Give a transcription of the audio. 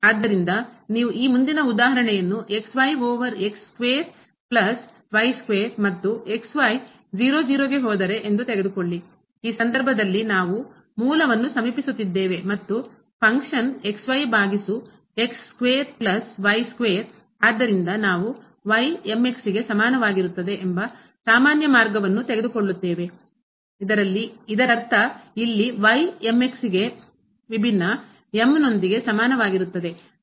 ಆದ್ದರಿಂದ ನೀವು ಈ ಮುಂದಿನ ಉದಾಹರಣೆಯನ್ನು ಓವರ್ ಸ್ಕ್ವೇರ್ ಪ್ಲಸ್ ಸ್ಕ್ವೇರ್ ಮತ್ತು ಈ ಸಂದರ್ಭದಲ್ಲಿ ನಾವು ಮೂಲ ವನ್ನು ಸಮೀಪಿಸುತ್ತಿದ್ದೇವೆ ಮತ್ತು ಫಂಕ್ಷನ್ ಕಾರ್ಯ ಸ್ಕ್ವೇರ್ ಪ್ಲಸ್ y ಸ್ಕ್ವೇರ್ ಆದ್ದರಿಂದ ನಾವು ಇದರರ್ಥ ಇಲ್ಲಿ ಗೆ ವಿಭಿನ್ನ ಸಮಾನವಾಗಿರುತ್ತದೆ